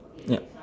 yep